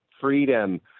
freedom